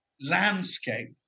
landscape